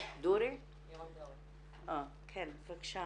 דורי, בבקשה.